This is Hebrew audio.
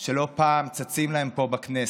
שלא פעם צצים להם פה בכנסת.